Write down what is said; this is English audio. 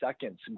seconds